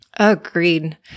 Agreed